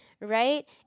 right